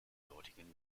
dortigen